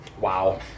Wow